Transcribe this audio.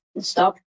Stop